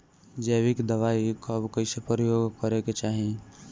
जैविक दवाई कब कैसे प्रयोग करे के चाही?